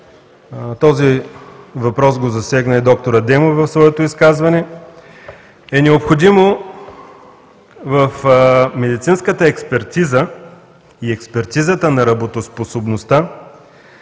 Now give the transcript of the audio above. този въпрос го засегна и д-р Адемов в своето изказване, е необходимо в медицинската експертиза и експертизата на работоспособността